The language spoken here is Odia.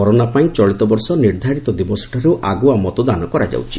କରୋନା ପାଇଁ ଚଳିତ ବର୍ଷ ନିର୍ଦ୍ଧାରିତ ଦିବସଠାରୁ ଆଗୁଆ ମତଦାନ କରାଯାଉଛି